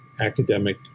academic